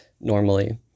normally